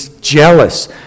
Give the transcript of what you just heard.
jealous